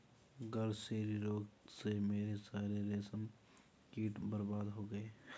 grasserie रोग से मेरे सारे रेशम कीट बर्बाद हो गए